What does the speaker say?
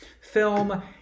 film